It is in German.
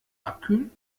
abkühlen